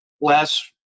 last